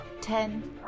Ten